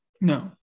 no